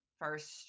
first